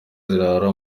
zirara